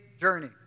journey